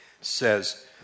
says